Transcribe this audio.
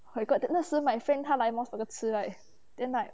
my god 那时 my friend 他来 mos burger 吃 right then like